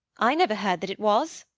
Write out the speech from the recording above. i never heard that it was.